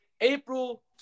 April